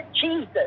Jesus